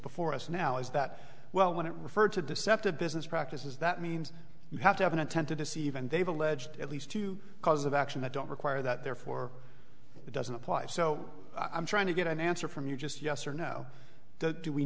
before us now is that well when it referred to deceptive business practices that means you have to have an intent to deceive and they've alleged at least two cause of action that don't require that therefore it doesn't apply so i'm trying to get an answer from you just yes or no do we